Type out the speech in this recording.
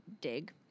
Dig